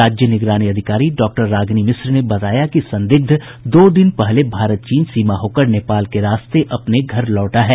राज्य निगरानी अधिकारी डॉक्टर रागिनी मिश्रा ने बताया कि संदिग्ध दो दिन पहले भारत चीन सीमा होकर नेपाल के रास्ते अपने घर लौटा है